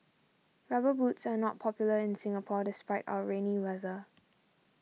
rubber boots are not popular in Singapore despite our rainy weather